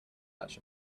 batch